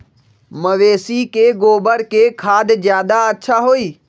मवेसी के गोबर के खाद ज्यादा अच्छा होई?